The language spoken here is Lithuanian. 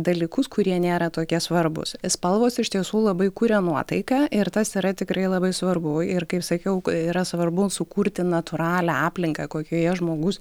dalykus kurie nėra tokie svarbūs spalvos iš tiesų labai kuria nuotaiką ir tas yra tikrai labai svarbu ir kaip sakiau a yra svarbu sukurti natūralią aplinką kokioje žmogus